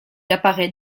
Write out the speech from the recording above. apparait